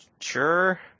sure